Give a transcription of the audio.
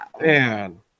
Man